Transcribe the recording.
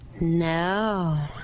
No